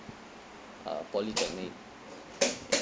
uh polytechnic